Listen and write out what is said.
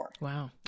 Wow